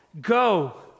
go